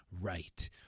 right